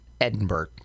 Edinburgh